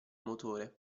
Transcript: motore